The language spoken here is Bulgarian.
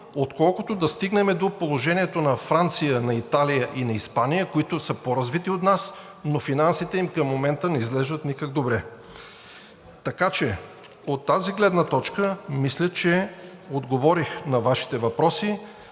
отколкото да стигнем до положението на Франция, Италия и Испания, които са по-развити от нас, но финансите им към момента не изглеждат никак добре. Така че от тази гледна точка мисля, че отговорих на Вашите въпроси.